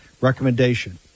recommendation